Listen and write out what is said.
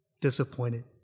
disappointed